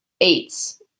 eights